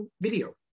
video